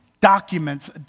documents